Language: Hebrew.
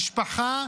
משפחה,